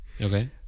Okay